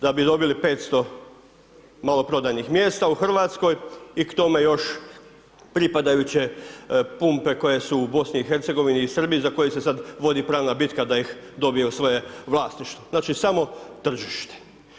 Da bi dobili 500 maloprodajnih mjesta u Hrvatskoj i k tome još pripadajuće pumpe koje su u Bosni i Hercegovini, i Srbiji za koje se sad vodi pravna bitka da ih dobiju u svoje vlasništvo, znači samo tržište.